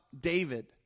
David